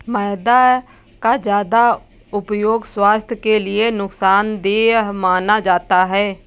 मैदा का ज्यादा प्रयोग स्वास्थ्य के लिए नुकसान देय माना जाता है